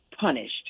punished